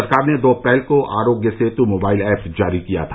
सरकार ने दो अप्रैल को आरोग्य सेतु मोबाइल ऐप जारी किया था